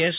S